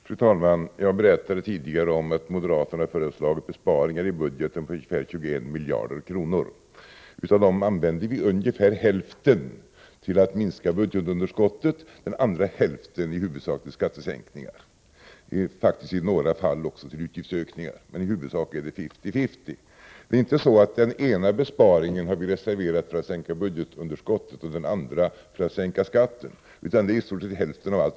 Fru talman! Jag berättade tidigare att moderaterna har föreslagit besparingar i budgeten på ungefär 21 miljarder kronor. Av dem är ungefär hälften till för att minska budgetunderskottet, och den andra hälften är huvudsakligen till för skattesänkningar — i några fall också för utgiftsökningar, men i huvudsak är det fifty-fifty. Det är inte så, att den ena besparingen har blivit reserverad för att man skall kunna sänka budgetunderskottet och den andra för att man skall kunna sänka skatten. Det är ungefär hälften av varje.